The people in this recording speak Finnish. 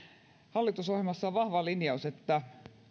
hallitusohjelmassa on vahva linjaus että